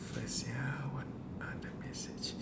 first ya what are the message